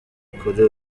kuri